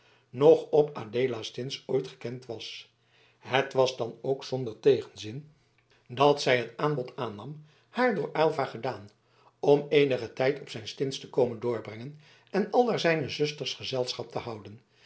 noch op adeelastins ooit gekend was het was dan ook zonder tegenzin dat zij het aanbod aannam haar door aylva gedaan om eenigen tijd op zijne stins te komen doorbrengen en aldaar zijne zusters gezelschap te houden